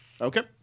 okay